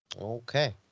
Okay